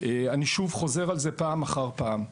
ואני חוזר על זה פעם אחר פעם: